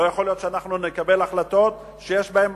לא יכול להיות שאנחנו נקבל החלטות שיש בהן